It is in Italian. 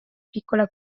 piccola